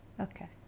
Okay